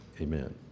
amen